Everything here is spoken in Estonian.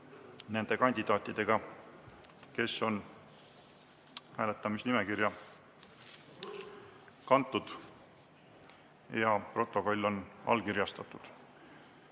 nende kandidaatidega, kes on hääletamisnimekirja kantud, ja protokoll on allkirjastatud.